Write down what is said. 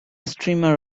streamer